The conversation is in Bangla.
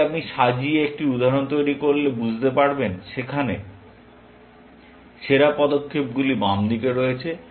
এটি আপনি সাজিয়ে একটি উদাহরণ তৈরি করলে বুঝতে পারবেন যেখানে সেরা পদক্ষেপগুলি বাম দিকে রয়েছে